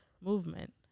movement